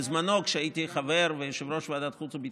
בזמנו, כשהייתי חבר ויושב-ראש ועדת החוץ והביטחון,